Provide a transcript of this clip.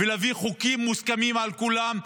ולהביא חוקים מוסכמים על כולם,